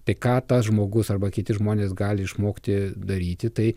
tai ką tas žmogus arba kiti žmonės gali išmokti daryti tai